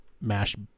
mashed